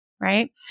right